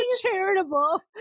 charitable